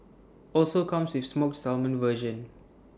also comes with smoked salmon version